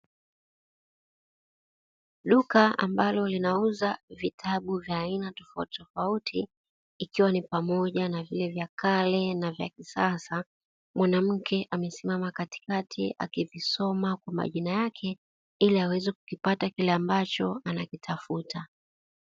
Duka ambalo linauza vitabu vya aina tofauti tofauti ikiwa ni pamoja na vile vya kale na vya kisasa, mwanamke amesimama katikati akivisoma kwa majina yake ili aweze kukipata kile ambacho anakitafuta.